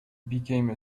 became